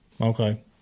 Okay